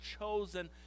chosen